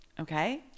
Okay